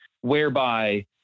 whereby